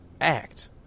act